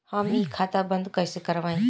हम इ खाता बंद कइसे करवाई?